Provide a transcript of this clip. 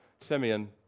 Simeon